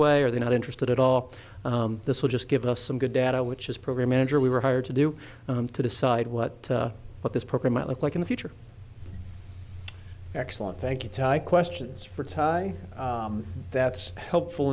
way or they're not interested at all this will just give us some good data which is program manager we were hired to do to decide what what this program might look like in the future excellent thank you ty questions for ty that's helpful